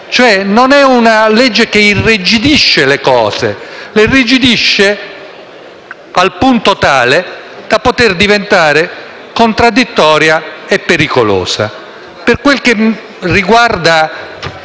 sia cioè una legge che irrigidisce le cose al punto tale da poter diventare contraddittoria e pericolosa. Per quel che riguarda